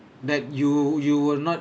that you you will not